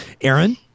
Aaron